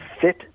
fit